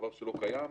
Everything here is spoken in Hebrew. דבר שלא קיים,